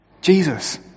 Jesus